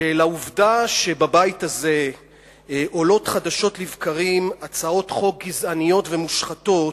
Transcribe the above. שלעובדה שבבית הזה עולות חדשות לבקרים הצעות חוק גזעניות ומושחתות,